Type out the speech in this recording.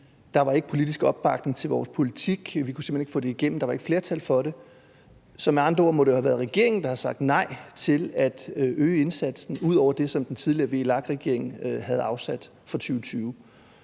Der var ikke politisk opbakning til vores politik; vi kunne simpelt hen ikke få det igennem; der var ikke flertal for det. Med andre ord må det jo have været regeringen, der har sagt nej til at øge indsatsen ud over det, som den tidligere VLAK-regering havde afsat penge